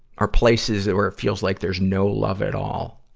are places that, where it feels like there's no love at all,